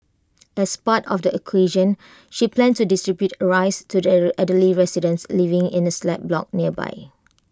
as part of the occasion she planned to distribute rice to elderly residents living in A slab block nearby